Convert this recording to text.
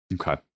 Okay